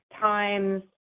times